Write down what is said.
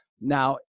Now